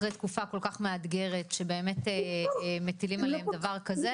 אחרי תקופה כל כך מאתגרת שבאמת מטילים עליהם דבר כזה,